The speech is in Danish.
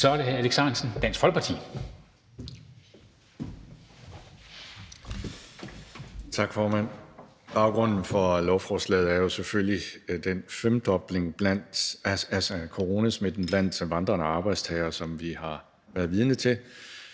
(Ordfører) Alex Ahrendtsen (DF): Tak, formand. Baggrunden for lovforslaget er jo selvfølgelig den femdobling af coronasmitten blandt vandrende arbejdstagere, som vi har været vidne til.